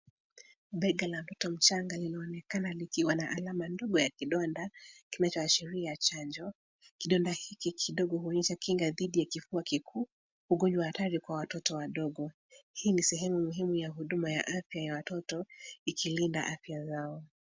Bega la mtoto mchanga linaonekana likiwa na alama ndogo ya kidonda kinachoashiria chanjo. Kidonda hiki kidogo huonyesha kinda dhidi ya kifua kikuu, ugonjwa hatari kwa watoto wadogo. Hii ni sehemu muhimu ya huduma ya afya ya watoto, ikilinda afya zao.